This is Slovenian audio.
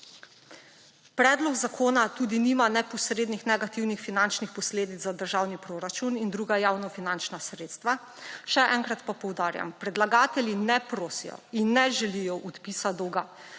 Predlog zakona tudi nima neposrednih negativnih finančnih posledic za državni proračun in druga javnofinančna sredstva. Še enkrat pa poudarjam, da predlagatelji ne prosijo in ne želijo odpisa dolga,